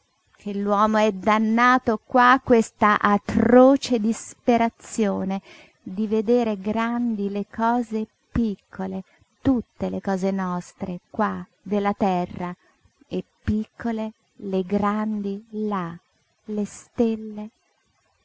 che l'uomo è dannato qua a questa atroce disperazione di vedere grandi le cose piccole tutte le cose nostre qua della terra e piccole le grandi là le stelle